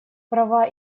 права